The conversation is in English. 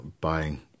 buying